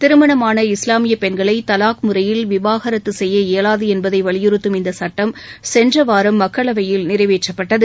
திருமணமான இஸ்லாமிய பெண்களை தலாக் முறையில் விவாகரத்து செய்ய இயலாது என்பதை வலியுறுத்தும் இந்த சட்டம் சென்ற வாரம் மக்களவையில் நிறைவேற்றப்பட்டது